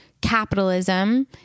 capitalism